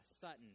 Sutton